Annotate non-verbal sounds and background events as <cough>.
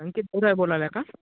संकेत <unintelligible> बोलायलाय का